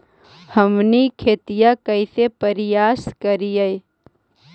हमनी खेतीया कइसे परियास करियय?